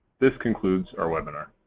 this concludes our webinar.